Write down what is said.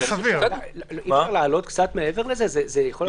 יש בדיקות שצריך פעם